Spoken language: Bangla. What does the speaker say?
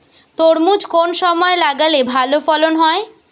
তরমুজ কোন সময় লাগালে ভালো ফলন হয়?